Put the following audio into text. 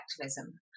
activism